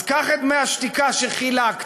אז קח את דמי השתיקה שחילקת,